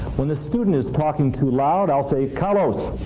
when the student is talking too loud i'll say, carlos.